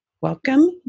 welcome